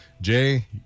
Jay